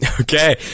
Okay